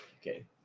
okay